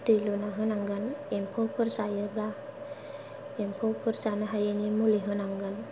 दै लुना होनांगोन एम्फौफोर जायोब्ला एम्फौफोर जानो हायिनि मुलि होनांगोन